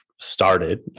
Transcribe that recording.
started